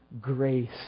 grace